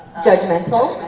judgmental,